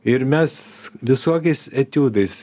ir mes visokiais etiudais